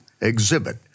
exhibit